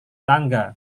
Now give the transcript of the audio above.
tangga